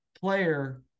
player